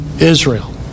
Israel